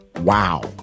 wow